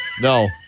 no